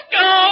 go